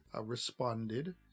responded